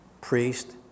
priest